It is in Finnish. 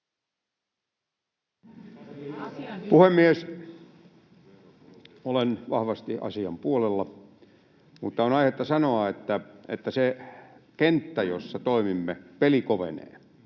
Puhemies! Olen vahvasti asian puolella, mutta on aihetta sanoa, että sillä kentällä, jolla toimimme, peli kovenee.